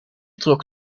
trok